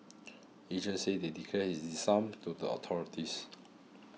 agents say they declare this sum to the authorities